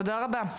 תודה רבה.